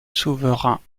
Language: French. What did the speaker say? souverains